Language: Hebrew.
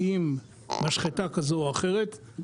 עם משחטה כזו או אחרת,